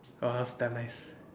!wah! that was damn nice